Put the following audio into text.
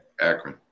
akron